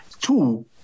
Two